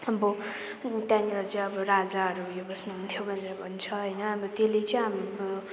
अब त्यहाँनिर चाहिँ अब राजाहरू उयो बस्नुहुन्थ्यो भनेर भन्छ होइन अब त्यसले चाहिँ हाम्रो